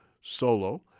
Solo